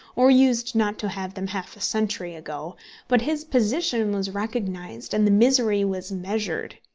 or used not to have them half a century ago but his position was recognised, and the misery was measured.